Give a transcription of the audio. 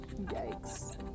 Yikes